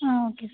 ah okay sir